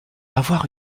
avoir